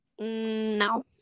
no